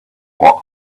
what